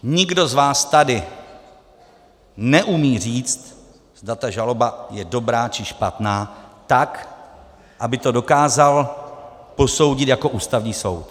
Nikdo z vás tady neumí říct, zda ta žaloba je dobrá, či špatná, tak, aby to dokázal posoudit jako Ústavní soud.